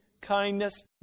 kindness